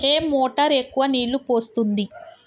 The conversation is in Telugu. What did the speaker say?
ఏ మోటార్ ఎక్కువ నీళ్లు పోస్తుంది?